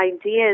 ideas